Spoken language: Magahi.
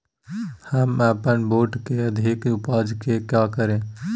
हम अपन बूट की अधिक उपज के क्या करे?